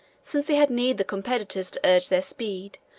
since they had neither competitors to urge their speed,